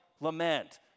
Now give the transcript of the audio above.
lament